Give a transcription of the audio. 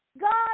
God